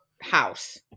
house